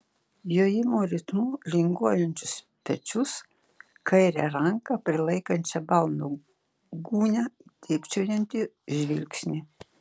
jojimo ritmu linguojančius pečius kairę ranką prilaikančią balno gūnią dėbčiojantį žvilgsnį